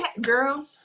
Girl